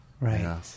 right